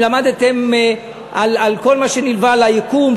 אם למדתם על כל מה שנלווה ביקום,